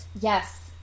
Yes